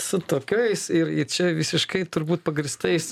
su tokiais ir ir čia visiškai turbūt pagrįstais